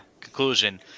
conclusion